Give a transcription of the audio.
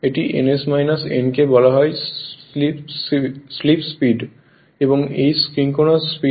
এটি ns n কে বলা হয় স্লিপ স্পীড এবং এই সিনক্রোনাস স্পীড